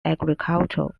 agricultural